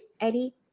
Eddie